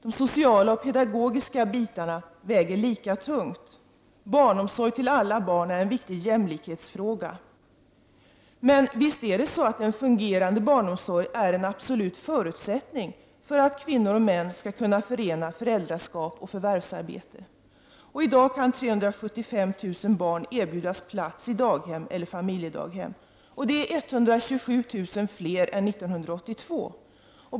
De sociala och pedagogiska bitarna väger lika tungt. Barnomsorg till alla barn är en viktig jämlikhetsfråga. En väl fungerande barnomsorg är väl en absolut förutsättning för att kvinnor och män skall kunna förena föräldraskap och förvärvsarbete. I dag kan 375 000 barn erbjudas plats i daghem eller familjedaghem. Det är 127 000 fler än 1982.